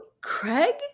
Craig –